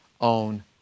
own